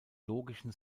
logischen